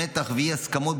מתח ואי-הסכמות,